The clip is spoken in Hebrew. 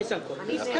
זה יהיה על סדר